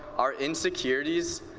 our insecurities,